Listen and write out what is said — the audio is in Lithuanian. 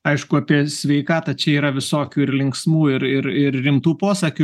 aišku apie sveikatą čia yra visokių ir linksmų ir ir ir rimtų posakių